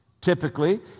Typically